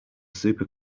super